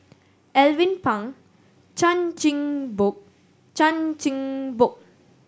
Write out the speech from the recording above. Alvin Pang Chan Chin Bock Chan Chin Bock